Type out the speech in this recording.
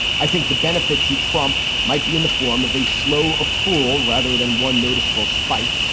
i think the benefit to trump might be in the form of a slow accrual rather than one noticeable spike.